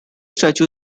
statue